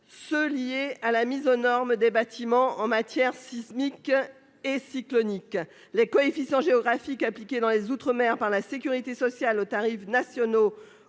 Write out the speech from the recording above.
également à la mise aux normes des bâtiments en matière sismique et cyclonique. Les coefficients géographiques appliqués dans les outre-mer par la sécurité sociale aux tarifs nationaux,